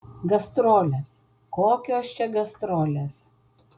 gastrolės kokios čia gastrolės